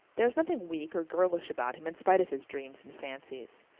there is nothing weak or girlish about him in spite of his dreams and fancies.